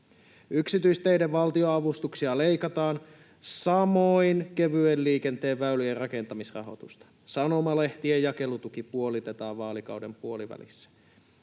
Yksityisteiden valtionavustuksia leikataan, samoin kevyen liikenteen väylien rakentamisrahoitusta. Sanomalehtien jakelutuki puolitetaan vaalikauden puolivälissä.